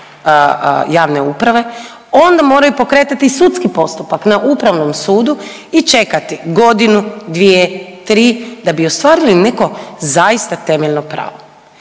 javne uprave onda moraju pokretati sudski postupak na Upravnom sudu i čekati godinu, dvije, tri da bi ostvarili neko zaista temeljno pravo.